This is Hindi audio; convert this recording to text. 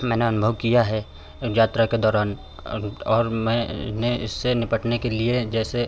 मैंने अनुभव किया है यात्रा के दौरान और और मैंने इससे निपटने के लिए जैसे